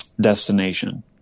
destination